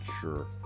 sure